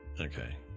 Okay